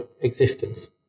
existence